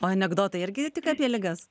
o anekdotai irgi tik apie ligas